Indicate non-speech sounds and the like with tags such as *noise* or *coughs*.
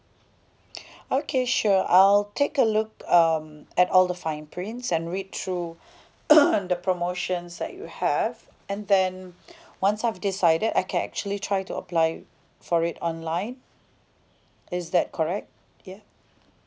okay sure I'll take a look um at all the fine prints and read through *coughs* the promotions that you have and then once I've decided I can actually try to apply for it online is that correct ya